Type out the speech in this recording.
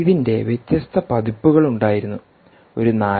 ഇതിൻറെ വ്യത്യസ്ത പതിപ്പുകൾ ഉണ്ടായിരുന്നു ഒരു 4